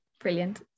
brilliant